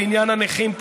בעניין הנכים.